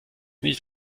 nicht